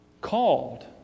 called